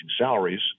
salaries